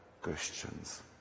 Christians